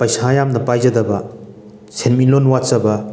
ꯄꯩꯁꯥ ꯌꯥꯝꯅ ꯄꯥꯏꯖꯗꯕ ꯁꯦꯟꯃꯤꯠꯂꯣꯟ ꯋꯥꯠꯆꯕ